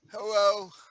Hello